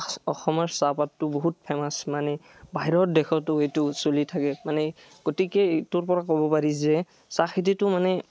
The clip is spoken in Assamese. অসমৰ চাহপাতটো বহুত ফেমাচ মানে বাহিৰত দেশতো এইটো চলি থাকে মানে গতিকে এইটোৰ পৰা ক'ব পাৰি যে চাহ খেতিটো মানে